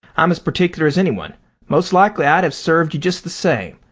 i'm as particular as anyone most likely i'd have served you just the same.